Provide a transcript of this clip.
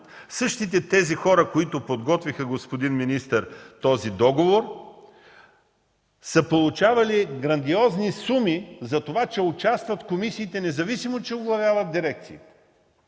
същите хора, които подготвиха, господин министър, този договор, са получавали грандиозни суми за това, че участват в комисиите, независимо че оглавяват дирекции.